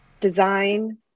design